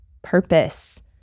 purpose